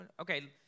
Okay